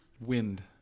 Wind